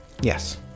Yes